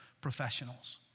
professionals